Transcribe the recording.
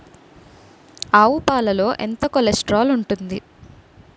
ఆవు పాలలో ఎంత కొలెస్ట్రాల్ ఉంటుంది?